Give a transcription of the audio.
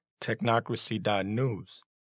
technocracy.news